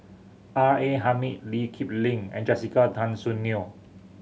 R A Hamid Lee Kip Lin and Jessica Tan Soon Neo